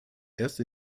erste